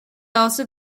also